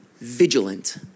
vigilant